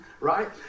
right